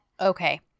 Okay